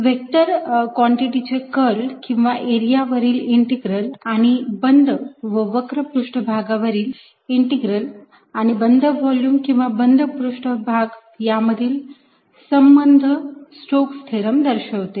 vector कॉन्टिटीचे curl किंवा area वरील इंटीग्रल आणि बंद व वक्र पृष्ठभागावरील इंटीग्रल आणि बंद व्हॉल्युम किंवा बंद पृष्ठभाग यांमधील संबंध स्टोकस थेरम दाखवते